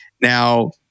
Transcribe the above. Now